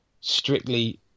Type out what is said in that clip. strictly